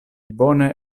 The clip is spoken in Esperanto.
bone